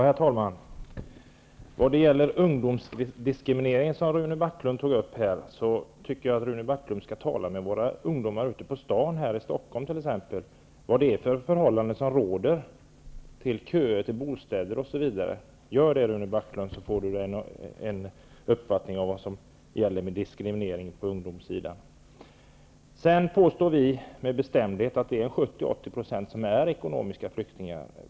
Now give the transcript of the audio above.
Herr talman! När det gäller ungdomsdiskrimineringen som Rune Backlund tog upp tycker jag att han skall tala med ungdomarna t.ex. här i Stockholm. Då får han veta vilka förhållanden som råder beträffande köer, bostäder osv. Gör det så får ni en uppfattning om vad diskriminering på ungdomssidan innebär! Vi i Ny demokrati påstår med bestämdhet att 70-- 80 % av flyktingarna är ekonomiska flyktingar.